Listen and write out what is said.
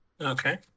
Okay